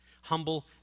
Humble